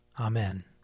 Amen